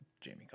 Jamie